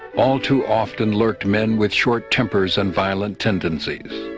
all too often lurked men with short tempers and violent tendencies.